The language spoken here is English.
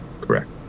Correct